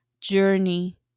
journey